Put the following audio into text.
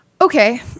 okay